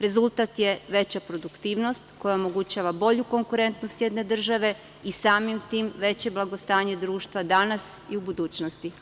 Rezultat je veća produktivnost, koja omogućava bolju konkurentnost jedne države i samim tim veće blagostanje društva danas i u budućnosti.